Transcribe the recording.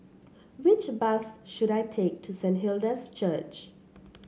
which bus should I take to Saint Hilda's Church